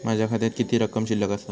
माझ्या खात्यात किती रक्कम शिल्लक आसा?